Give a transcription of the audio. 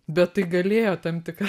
bet tai galėjo tam tik